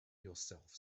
yourself